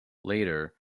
later